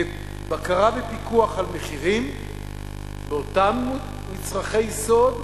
לבקרה ופיקוח על המחירים באותם מצרכי יסוד,